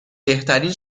بهترین